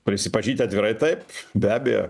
prisipažinsiu atvirai taip be abejo